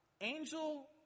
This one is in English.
angel